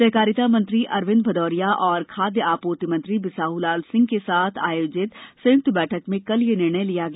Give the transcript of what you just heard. सहकारिता मंत्री अरविंद भदौरिया और खाद्य आपूर्ति मंत्री बिसाहूलाल सिंह के साथ आयोजित संयुक्त बैठक में कल यह निर्णय लिया गया